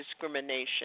discrimination